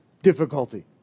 difficulty